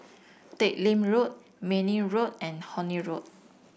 Teck Lim Road Mayne Road and Horne Road